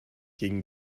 gegen